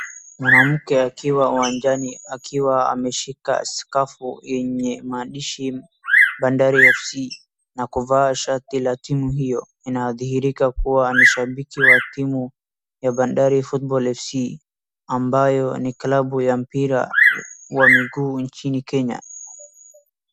Mwanamke akiwa uwanjani akiwa ameshika scarf yenye maandishi Bandari FC na kuvaa shati la timu hiyo. Inadhihirika kuwa ni shabiki wa timu ya Bandari football FC , ambayo ni club ya mpira wa miguu nchini Kenya.